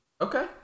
Okay